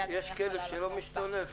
יש כלב שלא משתולל?